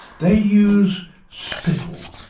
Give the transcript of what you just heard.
they use spittle.